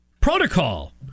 Protocol